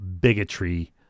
bigotry